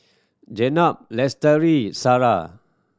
Jenab Lestari Sarah